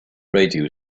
radio